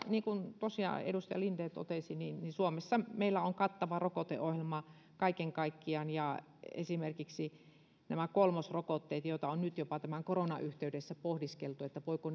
niin kuin tosiaan edustaja linden totesi suomessa meillä on kattava rokoteohjelma kaiken kaikkiaan esimerkiksi nämä kolmosrokotteet nyt tämän koronan yhteydessä on jopa pohdiskeltu että voiko